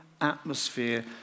atmosphere